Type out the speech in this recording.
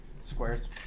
squares